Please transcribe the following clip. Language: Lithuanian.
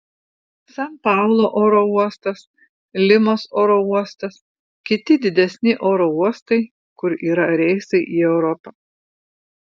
san paulo oro uostas limos oro uostas kiti didesni oro uostai kur yra reisai į europą